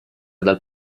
dal